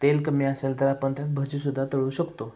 तेल कमी असेल तर आपण त्यात भजीसुद्धा तळू शकतो